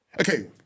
okay